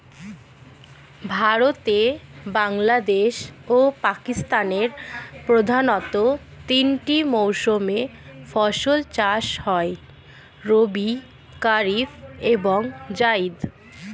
ভারতে, বাংলাদেশ ও পাকিস্তানের প্রধানতঃ তিনটি মৌসুমে ফসল চাষ হয় রবি, কারিফ এবং জাইদ